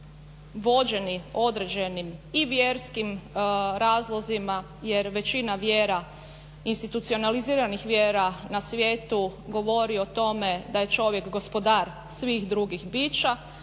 vođeni određenim i vjerskim razlozima jer većina vjera institucionaliziranih vjera na svijetu govori o tome da je čovjek gospodar svih drugih bića